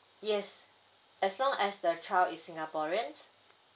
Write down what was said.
yes as long as the child is singaporeans